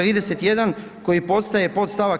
31 koji postaje podst.